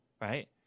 right